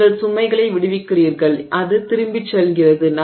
நீங்கள் சுமைகளை விடுவிக்கிறீர்கள் அது திரும்பிச் செல்கிறது